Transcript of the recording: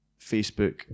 Facebook